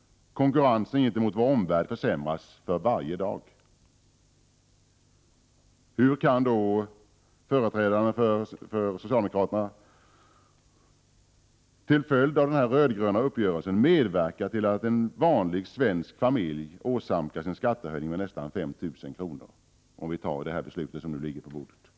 Konkurrensen mot vår omvärld försämras för varje dag. Hur kan Kjell Nordström och socialdemokraterna genom den röd-gröna uppgörelsen medverka till att en vanlig svensk familj åsamkas en skattehöjning med nästan 5 000 kr., vilket blir följden av det förslag som ligger på riksdagens bord?